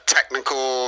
Technical